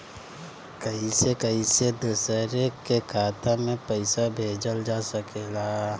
कईसे कईसे दूसरे के खाता में पईसा भेजल जा सकेला?